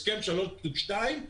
הסכם שלוש פסיק שתיים,